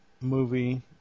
movie